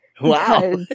Wow